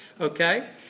okay